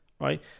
right